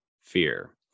fear